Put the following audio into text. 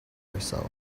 herself